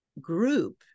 group